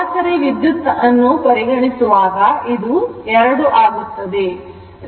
ಸರಾಸರಿ ವಿದ್ಯುತ್ ಶಕ್ತಿಯನ್ನು ಪರಿಗಣಿಸುವಾಗ ಇದು 2 ಆಗುತ್ತದೆ